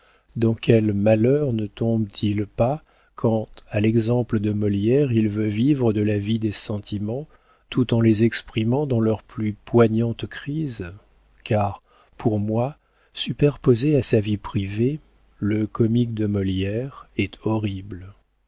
dans quels malheurs ne tombe t il pas quand à l'exemple de molière il veut vivre de la vie des sentiments tout en les exprimant dans leurs plus poignantes crises car pour moi superposé à sa vie privée le comique de molière est horrible